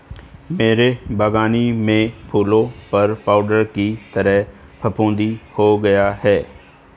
मेरे बगानी में फूलों पर पाउडर की तरह फुफुदी हो गया हैं